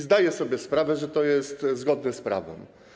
Zdaję sobie sprawę, że to jest zgodne z prawem.